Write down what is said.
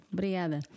Obrigada